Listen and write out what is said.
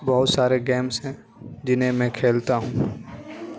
بہت سارے گیمس ہیں جنہیں میں کھیلتا ہوں